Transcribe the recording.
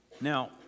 Now